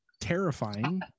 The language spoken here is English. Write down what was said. terrifying